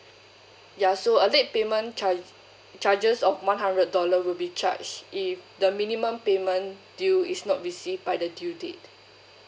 ya so a late payment charge charges of one hundred dollar will be charged if the minimum payment due is not received by the due date